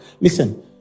Listen